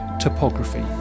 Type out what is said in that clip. topography